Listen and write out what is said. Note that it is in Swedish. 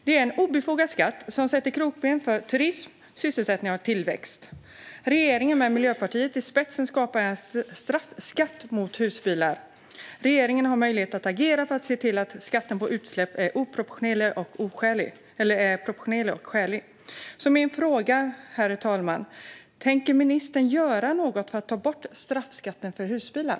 Det är en obefogad skatt som sätter krokben för turism, sysselsättning och tillväxt. Regeringen, med Miljöpartiet i spetsen, skapar en straffskatt mot husbilar. Regeringen har möjlighet att agera för att se till att skatten på utsläpp är proportionerlig och skälig. Så min fråga är, herr talman: Tänker ministern göra något för att ta bort straffskatten mot husbilar?